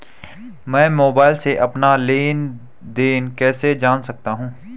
मैं मोबाइल से अपना लेन लेन देन कैसे जान सकता हूँ?